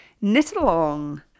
knit-along